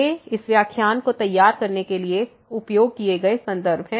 ये इस व्याख्यान को तैयार करने के लिए उपयोग किए गए संदर्भ हैं